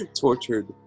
tortured